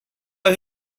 راه